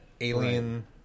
alien